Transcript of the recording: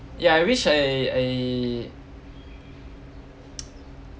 ya I wish I I